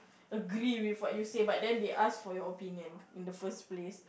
agree with what you say but then they asked for your opinion in the first place